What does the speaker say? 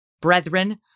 brethren